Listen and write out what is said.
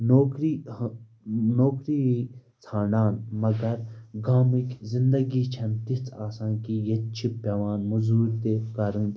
نوکری ہہ نوکری ژھانڈان مَگر گامٕکۍ زندگی چھَنہٕ تِژھ آسان کینٛہہ ییٚتہِ چھِ پٮ۪وان مٔزوٗرۍ تہِ کَرٕنۍ